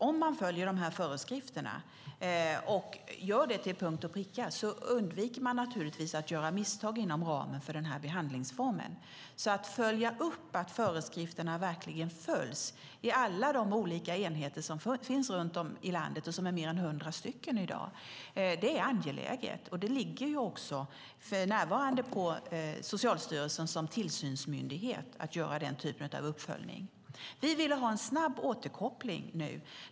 Om föreskrifterna följs till punkt och pricka undviker man naturligtvis att göra misstag inom ramen för behandlingsformen. Att följa upp att föreskrifterna verkligen efterlevs i alla de över 100 olika enheter som finns runt om i landet är angeläget. Det ligger för närvarande på Socialstyrelsen som tillsynsmyndighet att göra den typen av uppföljning. Vi vill ha en snabb återkoppling.